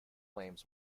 flames